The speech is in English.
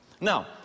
Now